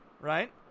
right